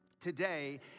Today